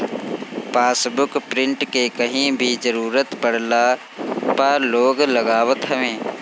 passbook print के कहीं भी जरुरत पड़ला पअ लोग लगावत हवे